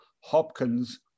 Hopkins